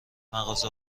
مغازه